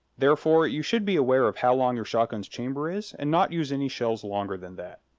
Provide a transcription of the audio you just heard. therefore, you should be aware of how long your shotgun's chamber is, and not use any shells longer than that.